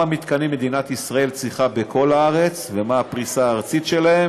כפי שאמרתי קודם, זה המשך הוראת השעה לשלוש שנים,